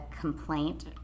complaint